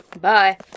Bye